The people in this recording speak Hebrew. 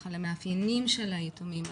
למאפיינים של היתומים,